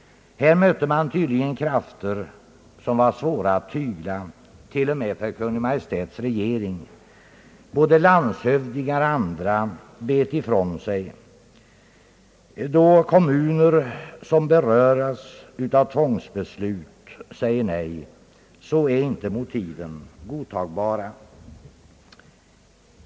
Här mötte man tydligen krafter, som var svåra att tygla t.o.m. för Kungl. Maj:ts regering. Både landshövdingar och andra bet ifrån sig. Då kommuner, som berörs av tvångsbeslut, säger nej, då är inte motiven godtagbara.